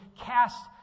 cast